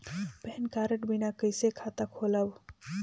Pan card बिना कइसे खाता खोलव?